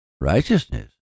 Righteousness